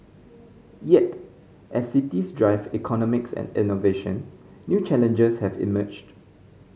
yet as cities drive economies and innovation new challenges have emerged